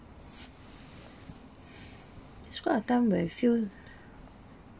it's quite a time when it feel